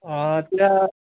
অঁ এতিয়া